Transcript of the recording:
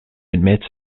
admits